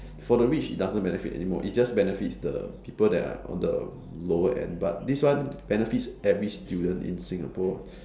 for the rich it doesn't benefit anymore it just benefits the people that are on the lower end but this one benefits every student in Singapore